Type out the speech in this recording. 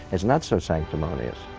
it's not so sanctimonious.